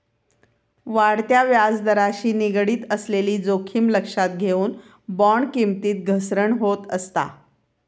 वाढत्या व्याजदराशी निगडीत असलेली जोखीम लक्षात घेऊन, बॉण्ड किमतीत घसरण होत असता